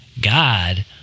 God